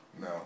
No